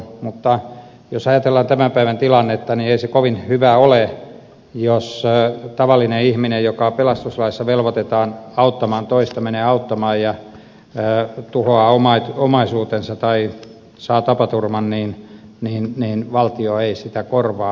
mutta jos ajatellaan tämän päivän tilannetta niin ei se kovin hyvä ole jos tavallinen ihminen joka pelastuslaissa velvoitetaan auttamaan toista menee auttamaan ja tuhoaa omaisuutensa tai hänelle sattuu tapaturma ja valtio ei sitä korvaa